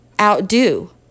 outdo